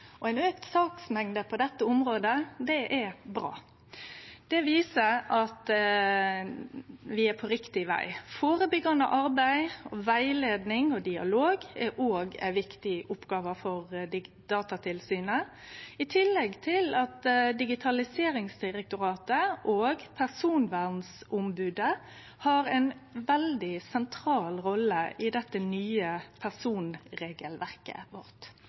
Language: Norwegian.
bra. Det viser at vi er på riktig veg. Førebyggjande arbeid, rettleiing og dialog er òg ei viktig oppgåve for Datatilsynet, i tillegg til at Digitaliseringsdirektoratet og Personvernombodet har ei veldig sentral rolle i det nye personregelverket vårt.